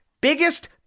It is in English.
biggest